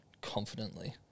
confidently